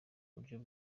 buryo